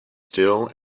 still